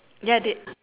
ya they